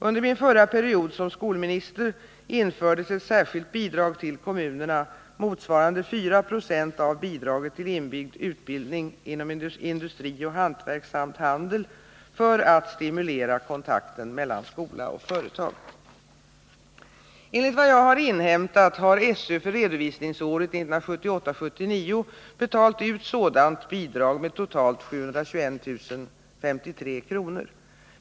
Under min förra period som skolminister infördes ett särskilt bidrag till kommunerna motsvarande 4 96 av bidraget till inbyggd utbildning inom industri och hantverk samt handel för att stimulera kontakten mellan skola och företag. Enligt vad jag har inhämtat har SÖ för redovisningsåret 1978/79 betalat ut sådant bidrag med totalt 721 053 kr.